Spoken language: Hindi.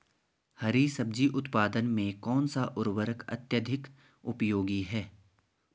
हरी सब्जी उत्पादन में कौन सा उर्वरक अत्यधिक उपयोगी है?